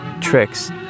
tricks